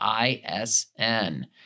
ISN